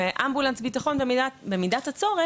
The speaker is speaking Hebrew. ואמבולנס ביטחון במידת הצורך,